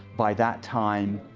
by that time,